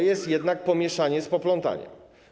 Jest to jednak pomieszanie z poplątaniem.